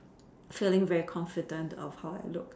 feeling very confident of how I look